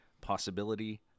possibility